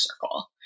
circle